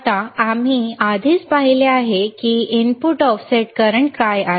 आता आम्ही आधीच पाहिले आहे की इनपुट ऑफसेट करंट काय आहे